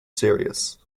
serious